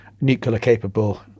nuclear-capable